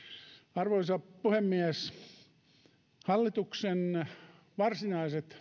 arvoisa puhemies hallituksen varsinaiset työllisyystoimenpiteet